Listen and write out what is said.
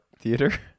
theater